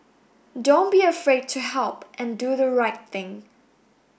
don't be afraid to help and do the right thing